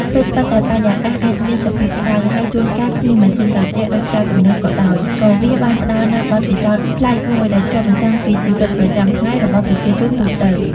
ថ្វីត្បិតតែបរិយាកាសអាចមានសភាពក្តៅ ហើយជួនកាលគ្មានម៉ាស៊ីនត្រជាក់ដូចផ្សារទំនើបក៏ដោយ ក៏វាបានផ្តល់នូវបទពិសោធន៍ប្លែកមួយ ដែលឆ្លុះបញ្ចាំងពីជីវិតប្រចាំថ្ងៃរបស់ប្រជាជនទូទៅ។